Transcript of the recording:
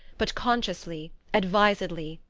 but consciously, advisedly,